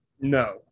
No